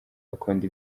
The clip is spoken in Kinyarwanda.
bakunda